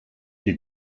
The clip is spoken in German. die